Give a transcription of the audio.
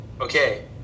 okay